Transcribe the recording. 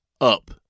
up